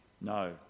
No